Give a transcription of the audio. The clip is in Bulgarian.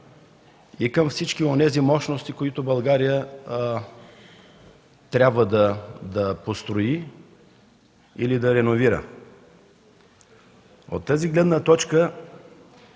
и към всички онези мощности, които България трябва да построи и да реновира. От тази гледна точка